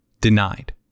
denied